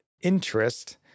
interest